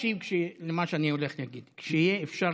תקשיב למה שאני הולך להגיד: כשאפשר